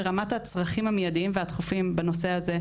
ברמת הצרכים המיידיים והדחופים בנושא הזה,